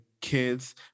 kids